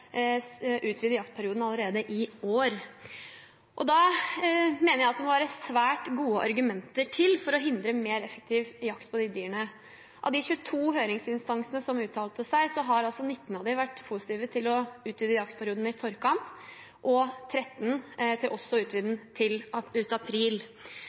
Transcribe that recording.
jaktperioden allerede i år. Da mener jeg at det må være svært gode argumenter for å hindre mer effektiv jakt på de dyrene. Av de 22 høringsinstansene som uttalte seg, har altså 19 vært positive til å utvide jaktperioden i forkant og 13 til også å utvide den til ut april.